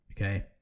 Okay